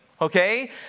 okay